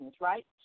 right